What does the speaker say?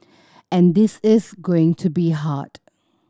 and this is going to be hard